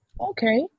okay